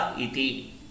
Iti